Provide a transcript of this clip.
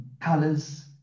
colors